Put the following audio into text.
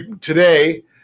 today